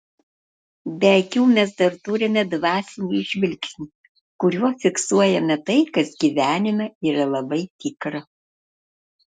be akių mes dar turime dvasinį žvilgsnį kuriuo fiksuojame tai kas gyvenime yra labai tikra